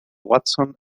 watson